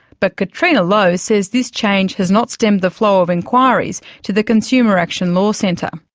but catriona lowe says this change has not stemmed the flow of inquiries to the consumer action law centre.